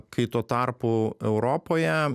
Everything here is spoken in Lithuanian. kai tuo tarpu europoje